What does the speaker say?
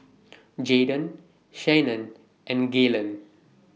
Jaydon Shannan and Galen